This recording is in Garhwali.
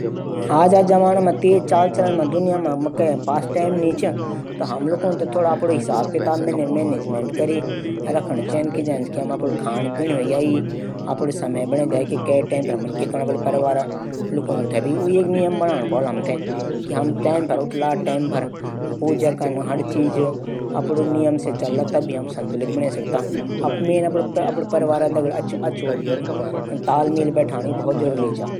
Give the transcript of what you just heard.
हाँ युवा वयस्कों को विश्वविद्यालय जाना बहुत जरूरी हूंद। किले जब ऊ विश्वविद्यालय जाला तब ही कुछ अगने सीखला। विश्वविद्यालय से ही नया जीवन शुरूआत हूंदी अगने बढण कू।